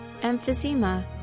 emphysema